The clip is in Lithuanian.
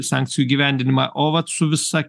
sankcijų įgyvendinimą o vat su visa